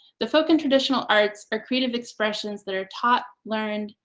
the folk and traditional arts are creative expressions that are taught, learned,